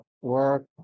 work